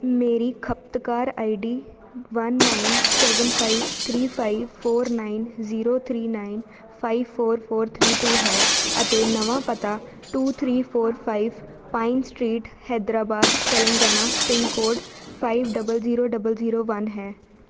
ਮੇਰੀ ਖਪਤਕਾਰ ID one nine seven five three five four nine zero three nine five four four three two ਹੈ ਅਤੇ ਨਵਾਂ ਪਤਾ two three four five pine street Hyderabad Telangana pin code five double zero double zero one ਹੈ